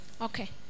Okay